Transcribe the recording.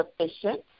sufficient